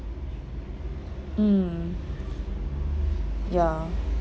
mm ya